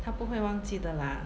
他不会忘记的 lah